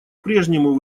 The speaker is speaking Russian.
прежнему